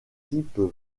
types